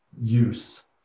use